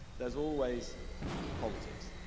there's always politics.